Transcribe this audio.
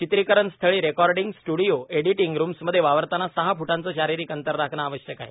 चित्रिकरण स्थळी recording studio editing रूम्समध्ये वावरतांना सहा फूटांचे शारीरिक अंतर राखणं आवश्यक आहे